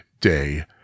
day